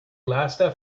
last